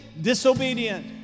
disobedient